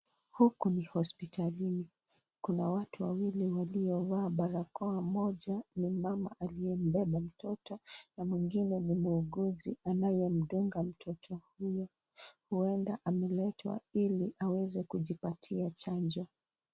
Huku ni hispitalini. Kuna watu wawili waliovaa barakoa. Mmoja ni mama aliye mbele ya mtoto na mwengine ni muuguzi anayemdunga mtoto huyo. Huenda ameletwa ili aweze kujipatia chanjo.